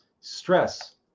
stress